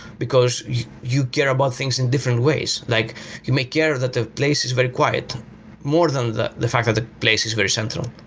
because you care about things in different ways. like you may care that the place is very quiet more than the the fact that the place is very central.